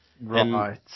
Right